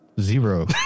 Zero